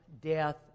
death